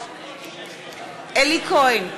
בעד אלי כהן,